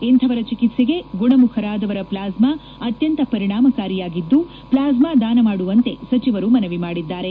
ಇಂತಹವರ ಚಿಕಿತ್ಪೆಗೆ ಗುಣಮುಖರಾದವರ ಪ್ಲಾಸ್ಮಾ ಅತ್ಯಂತ ಪರಿಣಾಮಕಾರಿಯಾಗಿದ್ದು ಪ್ಲಾಸ್ಮಾ ದಾನ ಮಾಡುವಂತೆ ಸಚಿವರು ಮನವಿ ಮಾಡಿದ್ದಾರೆ